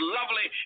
lovely